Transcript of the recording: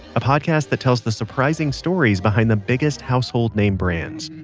a podcast that tells the surprising stories behind the biggest household name brands.